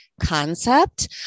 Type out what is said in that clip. concept